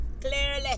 Clearly